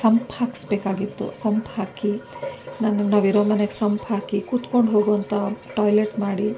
ಸಂಪು ಹಾಕಿಸ್ಬೇಕಾಗಿತ್ತು ಸಂಪ್ ಹಾಕಿ ನಾವಿರೋ ಮನೆಗೆ ಸಂಪ್ ಹಾಕಿ ಕೂತ್ಕೊಂಡು ಹೋಗುವಂಥ ಟಾಯ್ಲೆಟ್ ಮಾಡಿ